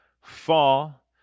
fall